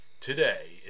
today